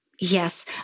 Yes